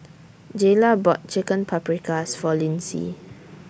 Jayla bought Chicken Paprikas For Lyndsey